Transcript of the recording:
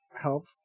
Help